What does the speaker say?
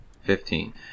Fifteen